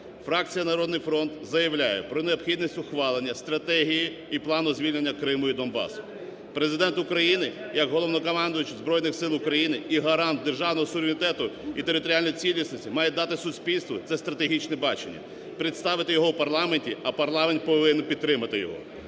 фракція "Народний фронт" заявляє про необхідність ухвалення стратегії і плану звільнення Криму і Донбасу. Президент України як Головнокомандувач Збройних Сил України і гарант державного суверенітету і територіальної цілісності має дати суспільству це стратегічне бачення, представити його в парламенті, а парламент повинен підтримати його.